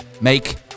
Make